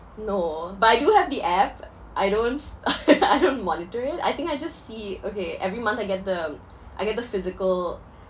no but I do have the app I don't s~ I don't monitor it I think I just see okay every month I get the m~ I get the physical